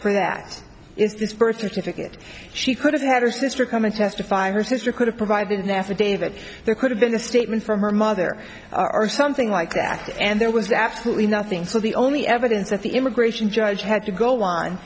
for that is this birth certificate she could have had her sister come and testify her sister could have provided nasser david there could have been a statement from her mother are something like that and there was absolutely nothing so the only evidence that the immigration judge had to go on